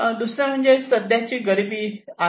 दुसरे म्हणजे सध्याची गरीबी हे आहे